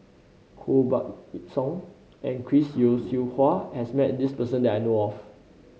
Koh Buck Song and Chris Yeo Siew Hua has met this person that I know of